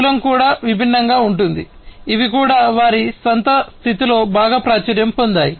మూలం కూడా విభిన్నంగా ఉంటుంది మరియు ఇవి కూడా వారి స్వంత స్థితిలో బాగా ప్రాచుర్యం పొందాయి